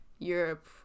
Europe